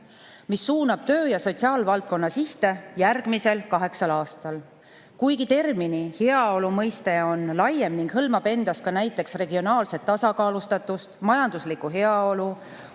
mis suunab töö‑ ja sotsiaalvaldkonna sihte järgmisel kaheksal aastal. Kuigi termini "heaolu" mõiste on laiem ning hõlmab endas ka näiteks regionaalset tasakaalustatust, majanduslikku heaolu,